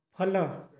follow